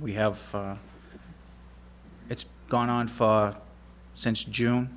we have it's gone on far since june